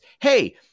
Hey